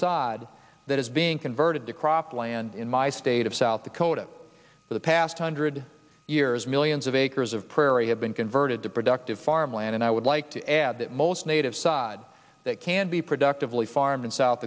sod that is being converted to crop land in my state of south dakota for the past hundred years millions of acres of prairie have been converted to productive farmland and i would like to add that most native sod that can be productively farm in south